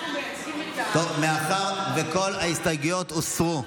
טוב, מאחר שכל ההסתייגויות הוסרו,